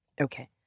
Okay